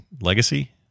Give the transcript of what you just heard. legacy